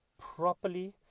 properly